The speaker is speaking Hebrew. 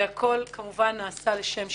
והכול, כמובן, נעשה לשם שמים.